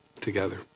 together